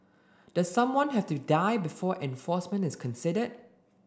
does someone have to die before enforcement is considered